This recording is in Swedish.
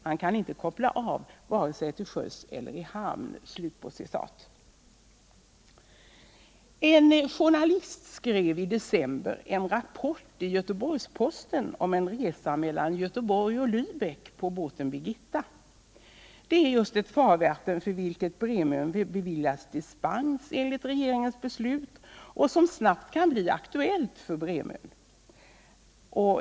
Han kan inte koppla av vare sig till sjöss eller i hamn.” En journalist skrev i december en rapport I Göteborgs-Posten om en resa mellan Göteborg och Liäbeck på båten Birgitta. Det är just ett farvatten för vilket Bremön beviljats dispens enligt regeringens beslut och som snabbt kan bli aktuellt för Bremön.